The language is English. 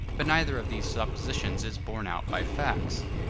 but neither of these suppositions is borne out by facts.